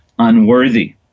unworthy